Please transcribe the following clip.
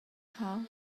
hau